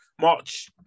March